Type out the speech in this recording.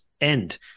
end